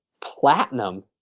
Platinum